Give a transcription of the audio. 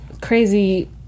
crazy